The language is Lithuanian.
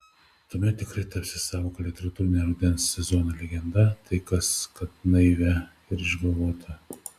tuomet tikrai tapsi sąvoka literatūrine rudens sezono legenda tai kas kad naivia ir išgalvota